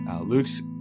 Luke's